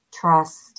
trust